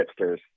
hipsters